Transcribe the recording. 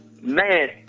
man